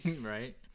Right